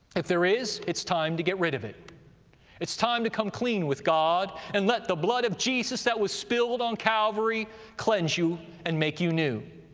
if there is, it's time to get rid of it it's time to come clean with god and let the blood of jesus that was spilled on calvary cleanse you and make you new.